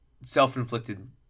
self-inflicted